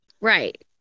Right